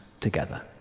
together